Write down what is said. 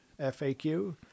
FAQ